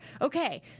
okay